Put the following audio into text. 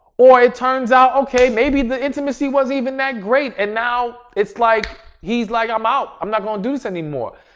or it turns out okay, maybe the intimacy wasn't even that great. and now, it's like he's like, i'm out, i'm not going to do this anymore.